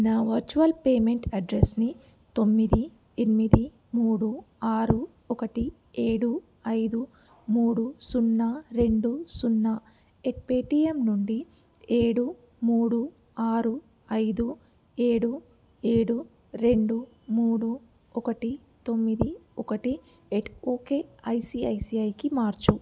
నా virtual payment అడ్రస్నీ తొమ్మిది ఎనిమిది మూడు ఆరు ఒకటి ఏడు ఐదు మూడు సున్నా రెండు సున్నా ఎట్ పేటీఎం నుండి ఏడు మూడు ఆరు ఐదు ఏడు ఏడు రెండు మూడు ఒకటి తొమ్మిది ఒకటి ఎట్ ఓకే ఐసిఐసిఐకి మార్చు